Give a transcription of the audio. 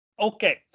Okay